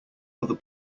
other